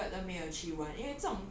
candy crush 也没有玩过